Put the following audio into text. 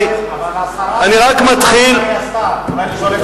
אבל השרה שהיתה אז, אולי אפשר לשאול את